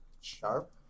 sharp